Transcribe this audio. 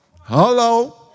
Hello